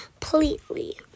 completely